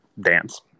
dance